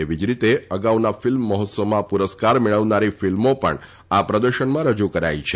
એવી જ રીતે અગાઉના ફિલ્મ મહોત્સવમાં પુરસ્કાર મેળવનારી ફિલ્મો પણ આ પ્રદર્શનમાં રજુ કરાઇ છે